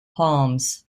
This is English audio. palms